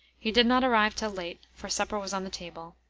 he did not arrive till late, for supper was on the table.